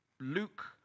Luke